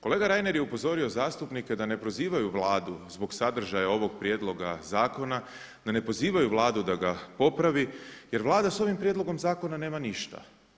Kolega Reiner je upozorio zastupnike da ne prozivaju Vladu zbog sadržaja ovog prijedloga zakona, da ne pozivaju Vladu da ga popravi jer Vlada s ovim prijedlogom zakona nema ništa.